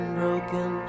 broken